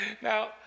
Now